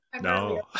No